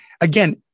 again